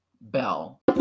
bell